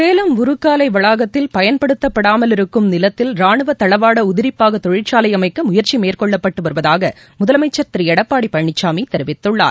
சேலம் உருக்காலை வளாகத்தில் பயன்படுத்தப்படாமல் இருக்கும் நிலத்தில் ராணுவ தளவாட உதிரிப்பாக தொழிற்சாலை அமைக்க முயற்சி மேற்கொள்ளப்பட்டு வருவதூக முதலமைச்சர் திரு எடப்பாடி பழனிசாமி தெரிவித்துள்ளார்